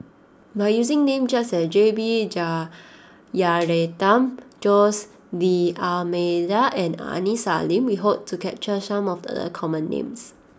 by using names such as J B Jeyaretnam Jose D'almeida and Aini Salim we hope to capture some of the common names